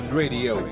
radio